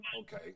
Okay